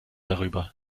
darüber